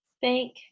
Thank